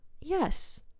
Yes